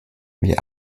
wir